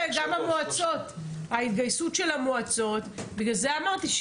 אגב, בתקציב של 23' יש הרחבה של הפיילוט?